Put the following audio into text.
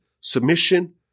submission